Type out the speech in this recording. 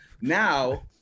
Now